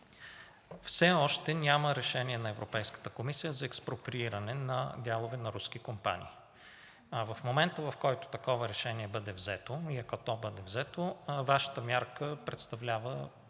Все още няма решение на Европейската комисия за експроприиране на дялове на руски компании. В момента, в който такова решение бъде взето, и ако то бъде взето, Вашата мярка представлява